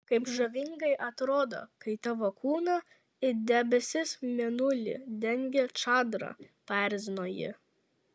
kaip žavingai atrodai kai tavo kūną it debesis mėnulį dengia čadra paerzino ji